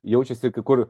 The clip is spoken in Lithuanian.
jaučiasi kur